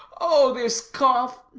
oh this cough.